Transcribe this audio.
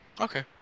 Okay